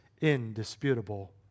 indisputable